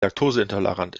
laktoseintolerant